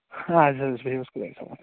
اَدٕ حظ بِہِو حظ خُدایَس حوال